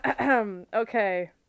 Okay